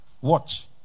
Watch